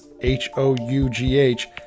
h-o-u-g-h